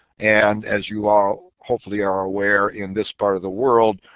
and as you all hopefully are aware in this part of the world,